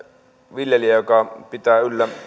viljelijä joka pitää yllä